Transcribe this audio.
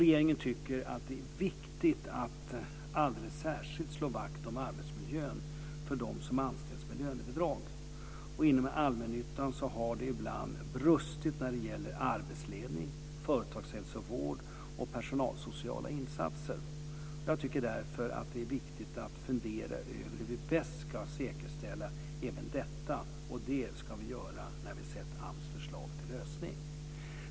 Regeringen tycker att det är viktigt att alldeles särskilt slå vakt om arbetsmiljön för dem som anställs med lönebidrag. Och inom allmännyttan har det ibland brustit när det gäller arbetsledning, företagshälsovård och personalsociala insatser. Jag tycker därför att det är viktigt att fundera över hur vi bäst ska säkerställa även detta. Och det ska vi göra när vi har sett AMS förslag till lösning.